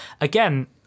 again